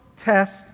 test